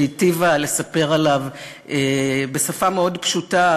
שהיטיבה לספר עליו בשפה מאוד פשוטה,